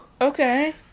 Okay